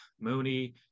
Mooney